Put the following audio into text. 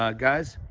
um guys,